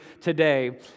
today